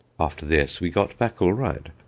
after this we got back all right.